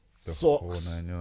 Socks